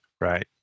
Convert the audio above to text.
Right